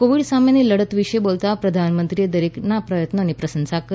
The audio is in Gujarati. કોવિડ સામેની લડત વિશે બોલતાં પ્રધાનમંત્રીએ દરેકના પ્રયત્નોની પ્રશંસા કરી